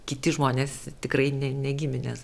kiti žmonės tikrai ne ne giminės